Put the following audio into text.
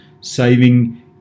saving